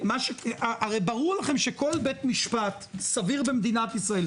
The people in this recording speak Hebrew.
הרי ברור לכם שכל בית משפט סביר במדינת ישראל,